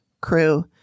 crew